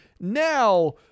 Now